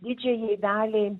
didžiajai daliai